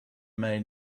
may